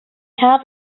have